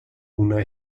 una